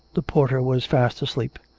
the porter was fast asleep,